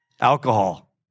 Alcohol